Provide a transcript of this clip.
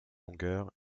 longueur